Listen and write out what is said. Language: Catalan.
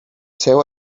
seu